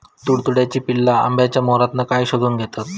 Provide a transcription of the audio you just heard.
तुडतुड्याची पिल्ला आंब्याच्या मोहरातना काय शोशून घेतत?